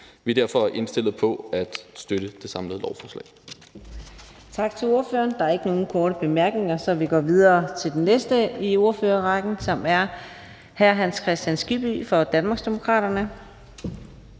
Vi er derfor indstillet på at støtte det samlede lovforslag.